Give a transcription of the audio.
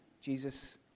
Jesus